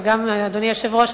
וגם אדוני היושב-ראש,